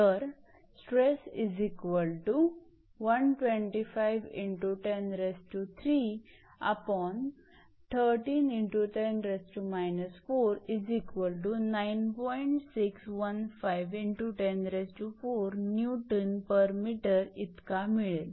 तर इतका मिळेल